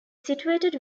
situated